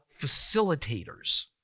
facilitators